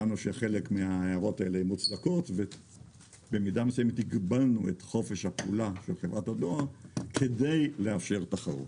לכן הגבלנו במידה מסוימת את חופש הפעולה של חברת הדואר כדי לאפשר תחרות.